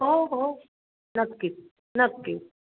हो हो नक्कीच नक्की